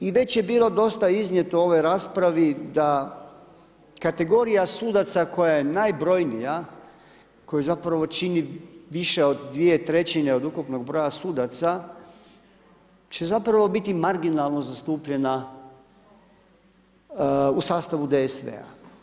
I već je bilo dosta iznijeto u ovoj raspravi da kategorija sudaca koja je najbrojnija koju zapravo čini više od dvije trećine od ukupnog broja sudaca će zapravo biti marginalno zastupljena u sastavu DSV-a.